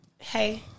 Hey